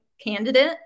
candidate